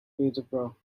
peterborough